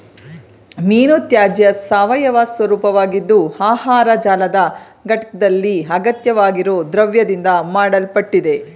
ಮೀನುತ್ಯಾಜ್ಯ ಸಾವಯವ ಸ್ವರೂಪವಾಗಿದ್ದು ಆಹಾರ ಜಾಲದ ಘಟಕ್ದಲ್ಲಿ ಅಗತ್ಯವಾಗಿರೊ ದ್ರವ್ಯದಿಂದ ಮಾಡಲ್ಪಟ್ಟಿದೆ